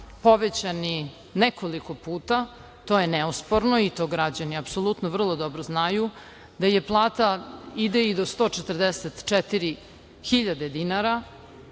povećani nekoliko puta, to je neosporno i to građani apsolutno vrlo dobro znaju, da plata ide i do 144 hiljade dinara,